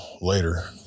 later